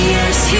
Yes